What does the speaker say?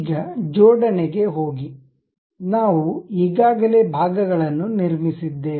ಈಗ ಜೋಡಣೆ ಗೆ ಹೋಗಿ ನಾವು ಈಗಾಗಲೇ ಭಾಗಗಳನ್ನು ನಿರ್ಮಿಸಿದ್ದೇವೆ